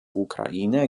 ukraine